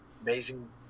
Amazing